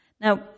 Now